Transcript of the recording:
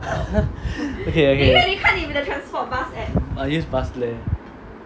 okay okay I use bus land